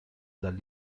dal